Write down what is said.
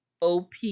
op